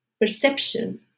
perception